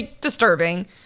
disturbing